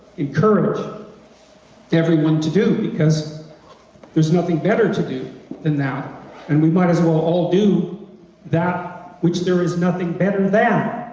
encourage everyone to do because there's nothing better to do than that and we might as well all do that which there is nothing better than!